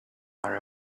are